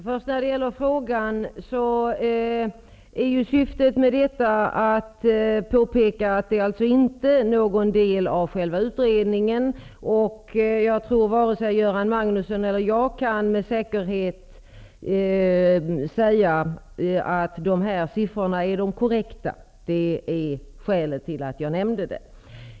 Herr talman! Syftet var att påpeka att sifferuppgifterna inte utgör någon del av utredningen. Varken Göran Magnusson eller jag kan helt säkert säga att dessa siffror är korrekta. Det var det som var skälet.